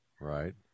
Right